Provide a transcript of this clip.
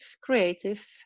creative